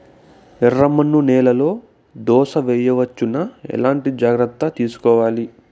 ఎర్రమన్ను నేలలో దోస వేయవచ్చునా? ఎట్లాంటి జాగ్రత్త లు తీసుకోవాలి?